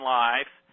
life